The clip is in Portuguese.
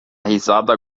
risada